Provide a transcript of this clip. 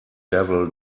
devil